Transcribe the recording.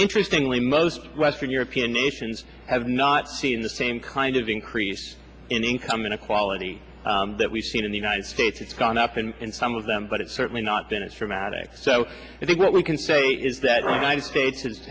interestingly most western european nations have not seen the same kind of increase in income inequality that we've seen in the united states it's gone up in in some of them but it's certainly not been as for matic so i think what we can say is that the nine states has